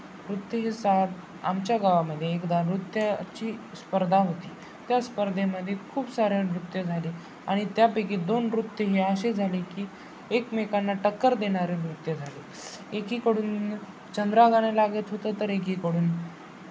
नृत्य हे सा आमच्या गावामध्ये एकदा नृत्याची स्पर्धा होती त्या स्पर्धेमध्ये खूप सारे नृत्य झाले आणि त्यापैकी दोन नृत्य हे असे झाले की एकमेकांना टक्कर देणारे नृत्य झाले एकीकडून चंद्रा गाणे लागत होतं तर एकीकडून